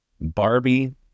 Barbie